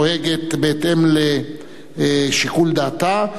נוהגת בהתאם לשיקול דעתה.